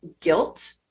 guilt